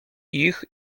ich